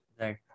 right